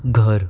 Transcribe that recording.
ઘર